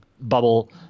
bubble